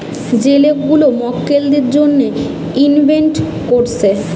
যে লোক গুলা মক্কেলদের জন্যে ইনভেস্ট কোরছে